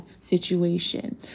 situation